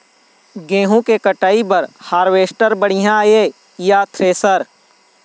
गेहूं के कटाई बर हारवेस्टर बढ़िया ये या थ्रेसर?